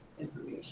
information